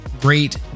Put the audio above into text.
great